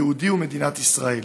היהודי ומדינת ישראל,